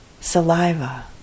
saliva